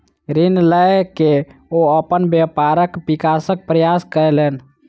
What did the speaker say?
ऋण लय के ओ अपन व्यापारक विकासक प्रयास कयलैन